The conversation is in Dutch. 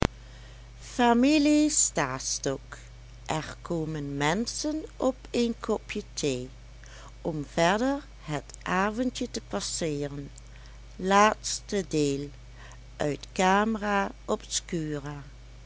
sta er komen menschen op een kopje thee om verder het avondje te passeeren